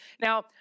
Now